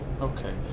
Okay